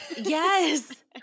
yes